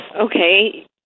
okay